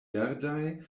verdaj